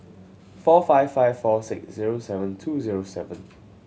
four five five four six zero seven two zero seven